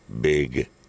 Big